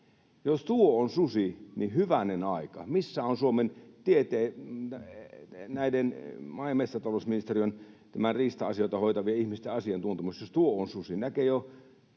Jos tuo on susi, niin hyvänen aika. Missä on Suomen maa- ja metsätalousministeriön riista-asioita hoitavien ihmisten asiantuntemus, jos tuo on susi?